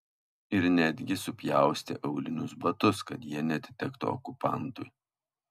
ir netgi supjaustė aulinius batus kad jie neatitektų okupantui